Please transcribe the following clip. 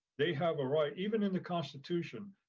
they have a right even in the constitution,